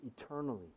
eternally